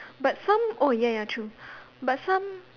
but some oh ya ya true but some